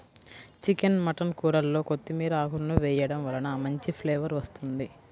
chicken mutton కూరల్లో కొత్తిమీర ఆకులను వేయడం వలన మంచి ఫ్లేవర్ వస్తుంది